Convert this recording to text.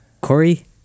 Corey